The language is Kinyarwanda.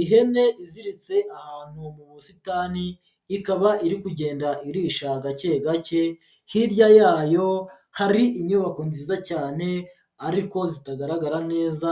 Ihene iziritse ahantu mu busitani, ikaba iri kugenda irisha gake gake, hirya yayo hari inyubako nziza cyane ariko zitagaragara neza,